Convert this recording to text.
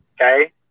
Okay